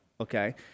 okay